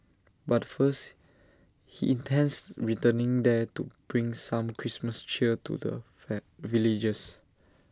but first he intends returning there to bring some Christmas cheer to the van villagers